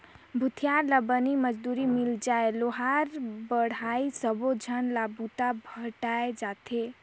भूथियार ला बनी मजदूरी मिल जाय लोहार बड़हई सबो झन ला बूता भेंटाय जाथे